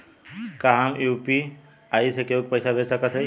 का हम यू.पी.आई से केहू के पैसा भेज सकत हई?